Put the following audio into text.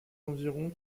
environ